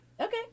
Okay